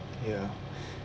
ya